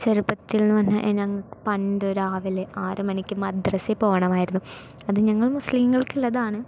ചെറുപ്പത്തിൽ എന്നു പറഞ്ഞാൽ ഞങ്ങൾക്ക് പണ്ട് രാവിലെ ആറു മണിക്ക് മദ്രസ്സയിൽ പോകണമായിരുന്നു അത് ഞങ്ങൾ മുസ്ലീങ്ങൾക്കുള്ളതാണ്